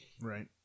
Right